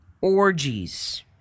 orgies